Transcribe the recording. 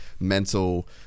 mental